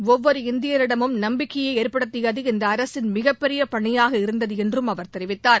ஒவ்வொரு இந்தியரிடமும் நம்பிக்கையை ஏற்படுத்தியது இந்த அரசின் மிகப் பெரிய பணியாக இருந்தது என்றும் அவர் தெரிவித்தார்